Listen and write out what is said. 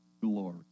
glory